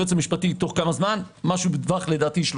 היועץ המשפטי תוך כמה זמן לדעתי משהו